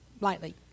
lightly